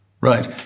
Right